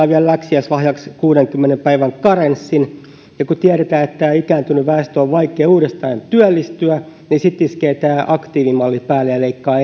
vielä läksiäislahjaksi kuudenkymmenen päivän karenssin ja kun tiedetään että ikääntyneen väestön on vaikea uudestaan työllistyä niin sitten iskee tämä aktiivimalli päälle ja leikkaa